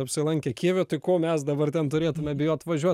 apsilankė kijeve tai ko mes dabar ten turėtumėme bijot važiuot